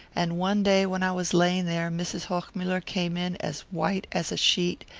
and one day when i was laying there mrs. hochmuller came in as white as a sheet,